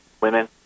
women